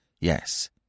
Yes